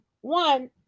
one